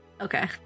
Okay